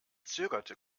zögerte